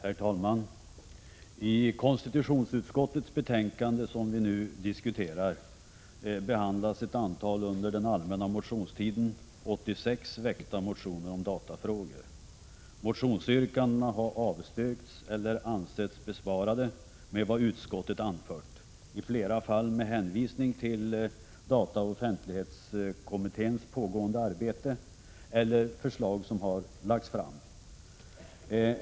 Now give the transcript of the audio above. Herr talman! I konstitutionsutskottets betänkande behandlas ett antal under den allmänna motionstiden 1986 väckta motioner om datafrågor. Motionsyrkandena har avstyrkts eller ansetts besvarade med vad utskottet anfört, i flera fall med hänvisning till dataoch offentlighetskommitténs pågående arbete eller till förslag som har lagts fram.